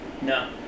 No